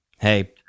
Hey